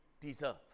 deserve